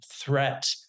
threat